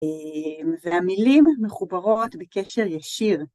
והמילים מחוברות בקשר ישיר.